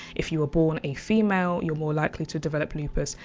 if you were born a female, you're more likely to develop lupus,